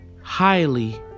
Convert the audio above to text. Highly